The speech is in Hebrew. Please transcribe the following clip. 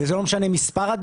לא עשו צביעה, לא עשו כלום.